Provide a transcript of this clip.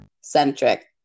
centric